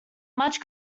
much